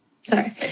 Sorry